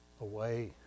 away